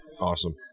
Awesome